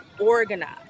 organized